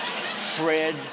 Fred